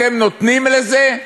אתם נותנים לזה?